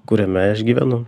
kuriame aš gyvenu